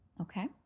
Okay